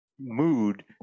mood